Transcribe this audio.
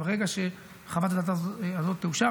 ברגע שחוות הדעת הזאת תאושר,